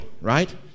right